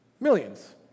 Millions